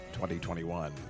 2021